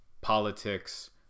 politics